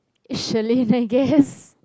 it's Sherlyn I guess